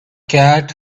cat